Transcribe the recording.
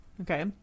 okay